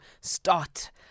start